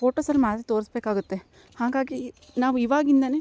ಫೋಟೋಸಲ್ಲಿ ಮಾತ್ರ ತೋರಿಸ್ಬೇಕಾಗತ್ತೆ ಹಾಗಾಗಿ ನಾವು ಇವಾಗಿಂದ